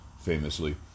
famously